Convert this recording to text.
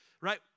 right